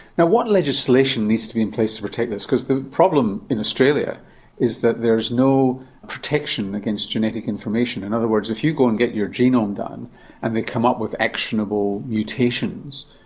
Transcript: now, what legislation needs to be in place to protect this? because the problem in australia is that there's no protection against genetic information. in other words, if you go and get your genome done and they come up with actionable mutations,